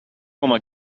coma